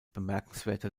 bemerkenswerte